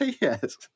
yes